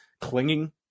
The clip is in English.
clinging